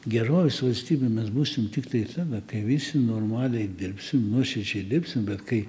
gerovės valstybė mes būsim tiktai tada kai visi normaliai dirbsim nuoširdžiai dirbsim bet kai